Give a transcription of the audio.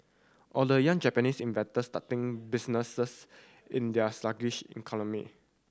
or the young Japanese inventors starting businesses in their sluggish economy